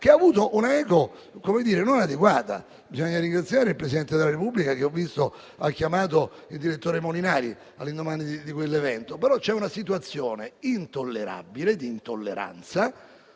non ha avuto adeguata eco. Bisogna ringraziare il Presidente della Repubblica che ha chiamato il direttore Molinari all'indomani di quell'evento, ma c'è una situazione intollerabile di intolleranza